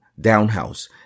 Downhouse